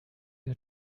your